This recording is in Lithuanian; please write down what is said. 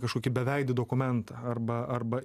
kažkokį beveidį dokumentą arba arba